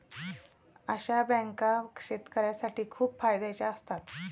अशा बँका शेतकऱ्यांसाठी खूप फायद्याच्या असतात